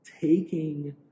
taking